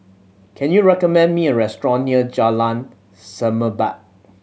can you recommend me a restaurant near Jalan Semerbak